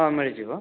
ହଁ ମିଳିଯିବ